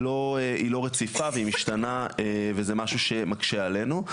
היא לא היא לא רציפה והיא משתנה וזה משהו שמקשה עלינו.